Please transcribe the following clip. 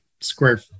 square